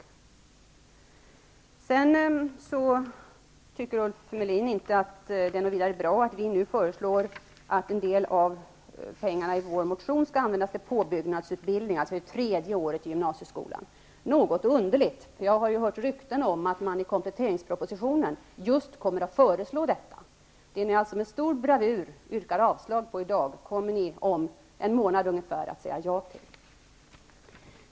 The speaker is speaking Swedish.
Ulf Melin tycker inte att det är särskilt bra att vi nu i vår motion föreslår att en del av pengarna skall användas till påbyggnadsutbildning, alltså till det tredje året i gymnasieskolan. Det är något underligt, eftersom jag har hört ryktats om att man i kompletteringspropositionen kommer att föreslå just detta. Det som ni i dag med stor bravur yrkar avslag på kommer ni alltså om ungefär en månad att säga ja till.